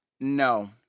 no